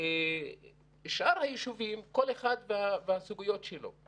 שאר היישובים, כל אחד והסוגיות שלו.